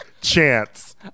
chance